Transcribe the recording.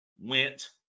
went